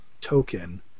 token